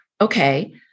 Okay